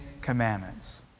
Commandments